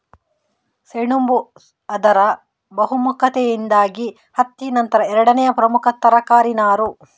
ಸೆಣಬು ಅದರ ಬಹುಮುಖತೆಯಿಂದಾಗಿ ಹತ್ತಿ ನಂತರ ಎರಡನೇ ಪ್ರಮುಖ ತರಕಾರಿ ನಾರು